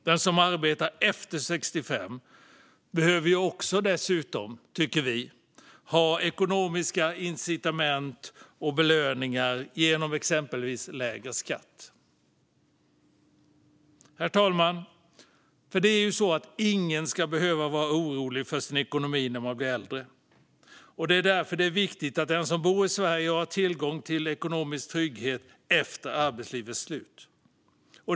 Den som arbetar efter 65 behöver dessutom, tycker vi, få ekonomiska incitament och belöningar, exempelvis genom att betala lägre skatt. Herr talman! Ingen ska behöva vara orolig för sin ekonomi när man blir äldre. Det är därför viktigt att den som bor i Sverige har tillgång till ekonomisk trygghet efter arbetslivets slut.